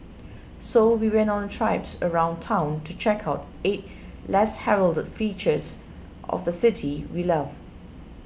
so we went on a traipse around town to check out eight less heralded fixtures of the city we love